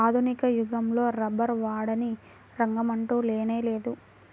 ఆధునిక యుగంలో రబ్బరు వాడని రంగమంటూ లేనేలేదు